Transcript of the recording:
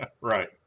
Right